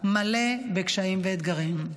מלא בקשיים ואתגרים.